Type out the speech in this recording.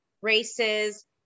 races